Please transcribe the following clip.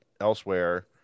elsewhere